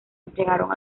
entregaron